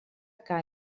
que